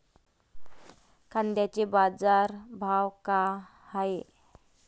कांद्याचे बाजार भाव का हाये?